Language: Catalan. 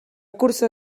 cursar